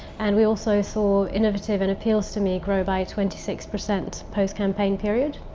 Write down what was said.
and we also saw innovative and appeals to me grow by twenty six percent post campaign period.